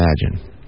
imagine